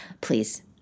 Please